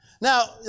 Now